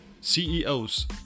CEOs